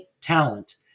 talent